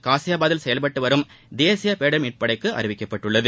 காசியபாதில் செயல்பட்டு வரும் தேசிய பேரிடர் மீட்புப்படைக்கு அறிவிக்கப்பட்டுள்ளது